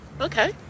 Okay